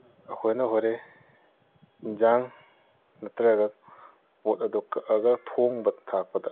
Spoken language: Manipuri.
ꯑꯩꯈꯣꯏꯅ ꯍꯣꯔꯦꯟ ꯌꯦꯟꯁꯥꯡ ꯅꯠꯇ꯭ꯔꯒ ꯄꯣꯠ ꯑꯗꯨ ꯀꯛꯑꯒ ꯊꯣꯡꯕ ꯊꯥꯛꯄꯗ